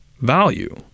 value